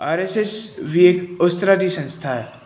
R S S ਵੀ ਇੱਕ ਉਸ ਤਰ੍ਹਾਂ ਦੀ ਸੰਸਥਾ ਹੈ